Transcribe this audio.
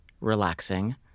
relaxing